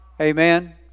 Amen